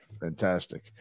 Fantastic